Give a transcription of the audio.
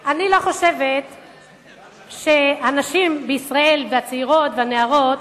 אני לא חושבת שהנשים בישראל, הצעירות והנערות,